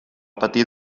patir